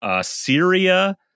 Syria